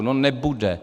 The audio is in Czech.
No nebude.